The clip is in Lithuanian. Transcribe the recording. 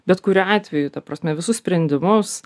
bet kuriuo atveju ta prasme visus sprendimus